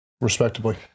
Respectably